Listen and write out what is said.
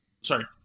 Sorry